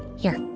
here.